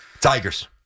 Tigers